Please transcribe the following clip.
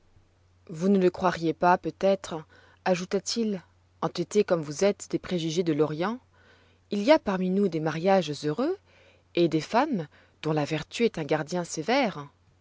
vous ne le croiriez pas peut-être ajouta-t-il entêté comme vous l'êtes des préjugés de l'orient il y a parmi nous des mariages heureux et des femmes dont la vertu est un gardien sévère